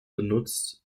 benutzt